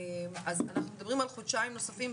אז אנחנו מדברים על חודשיים נוספים,